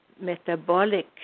metabolic